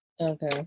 Okay